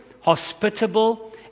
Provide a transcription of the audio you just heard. hospitable